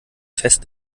fest